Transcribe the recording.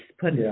put